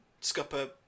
scupper